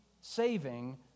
saving